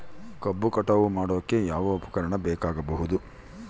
ಕಬ್ಬು ಕಟಾವು ಮಾಡೋಕೆ ಯಾವ ಉಪಕರಣ ಬೇಕಾಗಬಹುದು?